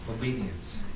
Obedience